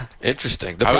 Interesting